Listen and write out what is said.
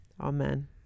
Amen